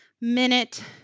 minute